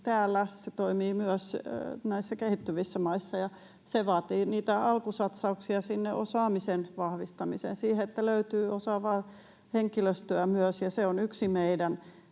täällä, toimii myös näissä kehittyvissä maissa, ja se vaatii niitä alkusatsauksia sinne osaamisen vahvistamiseen ja siihen, että löytyy myös osaavaa henkilöstöä. Se on yksi meidän